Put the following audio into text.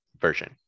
version